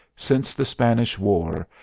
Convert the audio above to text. since the spanish war,